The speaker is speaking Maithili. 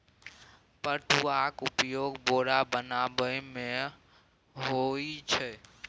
पटुआक उपयोग बोरा बनेबामे होए छै